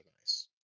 nice